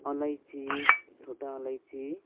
अलैँची छोटा अलैँची